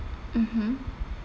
mmhmm